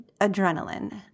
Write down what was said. adrenaline